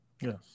Yes